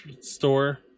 Store